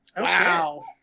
Wow